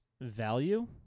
value